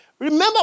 Remember